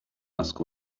asked